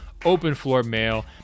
Openfloormail